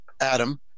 Adam